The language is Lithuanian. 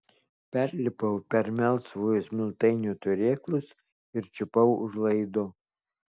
perlipau per melsvojo smiltainio turėklus ir čiupau už laido